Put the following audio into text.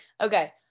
Okay